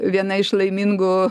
viena iš laimingų